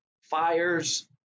fires